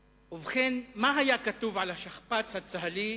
ובכן, מה היה כתוב על השכפ"ץ הצה"לי